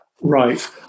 Right